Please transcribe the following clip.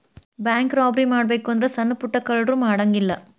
bank robbery ಮಾಡ್ಬೆಕು ಅಂದ್ರ ಸಣ್ಣಾ ಪುಟ್ಟಾ ಕಳ್ರು ಮಾಡಂಗಿಲ್ಲಾ